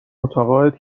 متعاقد